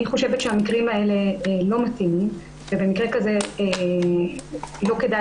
אני חושבת שהמקרים האלה לא מתאימים ובמקרה כזה לא כדאי